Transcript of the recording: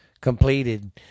completed